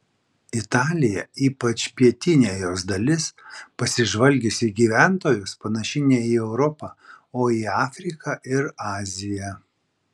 italija ypač pietinė jos dalis pasižvalgius į gyventojus panaši ne į europą o į afriką ir aziją